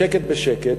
בשקט-בשקט,